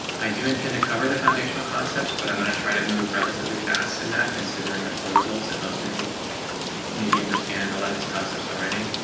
i do intend to cover the foundational concepts, but i'm and to try to move relatively fast in that considering the poll results that most of you maybe understand a lot of these concepts already